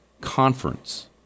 conference